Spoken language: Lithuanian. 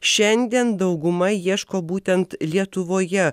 šiandien dauguma ieško būtent lietuvoje